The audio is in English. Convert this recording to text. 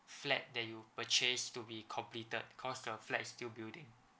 flat that you purchased to be completed cause the flat is still building